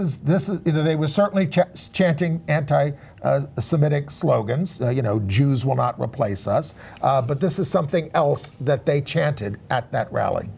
is this is you know they were certainly chanting anti semitic slogans you know jews will not replace us but this is something else that they chanted at that rally